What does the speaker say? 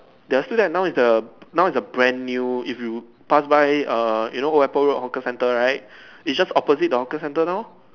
they're still there now is a now is a brand new if you pass by err you know Old Airport Road hawker centre right it's just opposite the hawker centre now lor